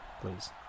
please